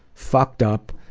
fucked up,